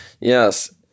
Yes